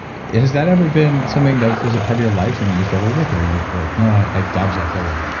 has that ever been something that was a part of your life, something you struggled with, or are you like, no, i dodged that bullet?